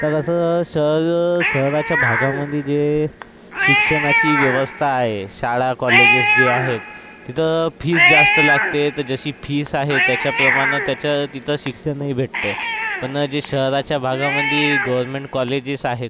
तर असं शहर शहराच्या भागामध्ये जे शिक्षणाची व्यवस्था आहे शाळा कॉलेजेस जे आहेत तिथं फिज जास्त लागते तर जशी फीस आहे त्याच्याप्रमाणं त्याच्या तिथं शिक्षणही भेटते पण जे शहराच्या भागामध्ये गव्हर्नमेंट कॉलेजीस आहेत